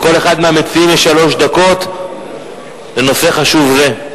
לכל אחד מהמציעים יש שלוש דקות בנושא חשוב זה.